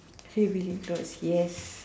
tree willing towards yes